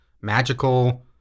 magical